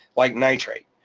like nitrate.